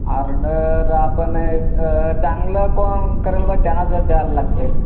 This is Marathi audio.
आर्डर आपण चांगलं कोण करेल बा त्यांनाच तर द्यायला लागते